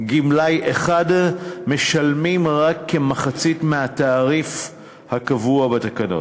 גמלאי אחד משלמים רק כמחצית מהתעריף הקבוע בתקנות.